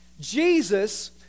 jesus